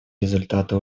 результаты